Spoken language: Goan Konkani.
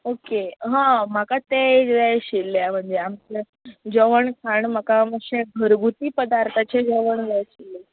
ओके हां म्हाका तें एक जाय आशिल्लें म्हणजे जेवण खाण म्हाका मातशे घरगुती पदार्थाचें जेवण जाय आशिल्लें